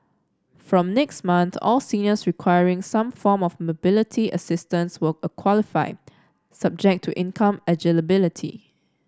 from next month all seniors requiring some form of mobility assistance will qualify subject to income eligibility